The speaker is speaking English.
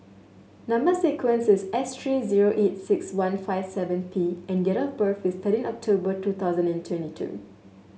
number sequence is S three zero eight six one five seven P and date of birth is thirteen October two thousand and twenty two